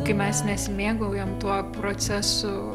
kaip mes nesimėgaujam tuo procesu